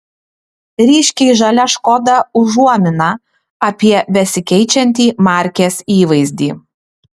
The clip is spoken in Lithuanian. ryškiai žalia škoda užuomina apie besikeičiantį markės įvaizdį